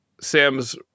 Sam's